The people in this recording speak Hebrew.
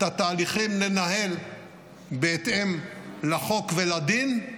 את התהליכים ננהל בהתאם לחוק ולדין,